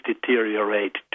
deteriorate